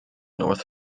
north